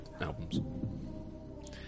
albums